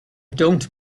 don’t